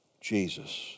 Jesus